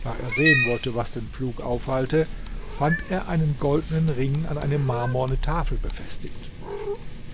da er sehen wollte was den pflug aufhalte fand er einen goldenen ring an eine marmorne tafel befestigt